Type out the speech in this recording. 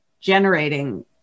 generating